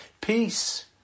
peace